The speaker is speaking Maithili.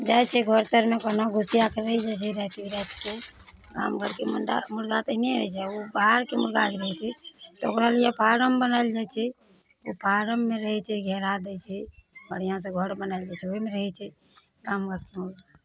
जाइ छै घर तरमे कोनो घुसियाके रहि जाइ छै राति बिरातिके गाम घरके मुण्डा मुर्गा तऽ एने रहय छै ओ बाहरके मुर्गा जे रहय छै तऽ ओकरा लिये फॉरम बनायल जाइ छै ओ फारममे रहैय छै घेरा दै छै बढ़िआँसँ घर बनायल जाइ छै ओइमे रहय छै गाम घरके मुर्गा